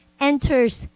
enters